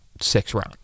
six-round